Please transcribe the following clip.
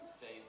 faith